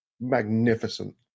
magnificent